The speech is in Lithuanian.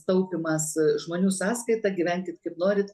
taupymas žmonių sąskaita gyvenkit kaip norit